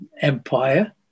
Empire